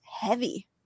heavy